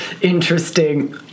interesting